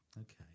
Okay